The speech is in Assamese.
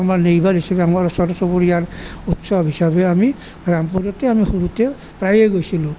আমাৰ নেইবাৰ হিচাপে আমাৰ ওচৰ চুবুৰীয়াৰ উৎসৱ হিচাপে আমি ৰামপুৰতে আমি সৰুতে প্ৰায়েই গৈছিলোঁ